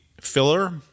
filler